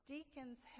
Deacons